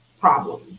problem